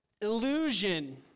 illusion